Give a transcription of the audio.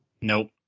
nope